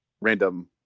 random